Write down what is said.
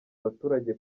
abaturage